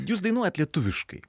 jūs dainuojat lietuviškai